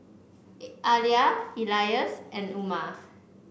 Alya Elyas and Umar